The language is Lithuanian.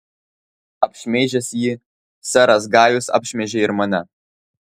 apšmeižęs jį seras gajus apšmeižė ir mane